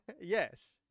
Yes